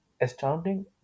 Astounding